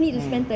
mm